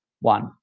One